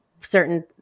certain